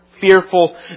fearful